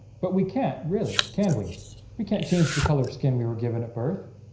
but we can't really can we we can't change the color skin. we were given at birth.